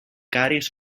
cares